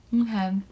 Okay